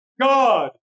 God